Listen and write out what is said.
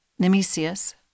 Nemesius